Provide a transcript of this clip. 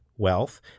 Wealth